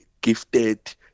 gifted